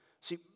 See